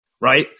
right